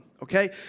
Okay